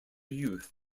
youth